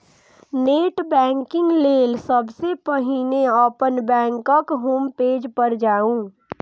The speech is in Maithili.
नेट बैंकिंग लेल सबसं पहिने अपन बैंकक होम पेज पर जाउ